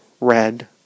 red